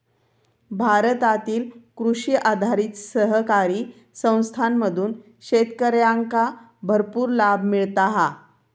भारतातील कृषी आधारित सहकारी संस्थांमधून शेतकऱ्यांका भरपूर लाभ मिळता हा